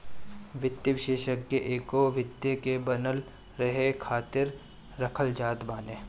वित्तीय विषेशज्ञ एगो वित्त के बनल रहे खातिर रखल जात बाने